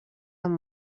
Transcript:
amb